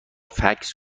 فکس